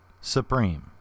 supreme